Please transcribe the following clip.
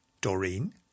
Doreen